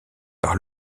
par